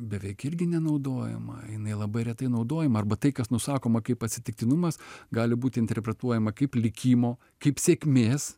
beveik irgi nenaudojama jinai labai retai naudojama arba tai kas nusakoma kaip atsitiktinumas gali būti interpretuojama kaip likimo kaip sėkmės